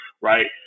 right